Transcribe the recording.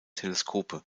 teleskope